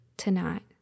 Tonight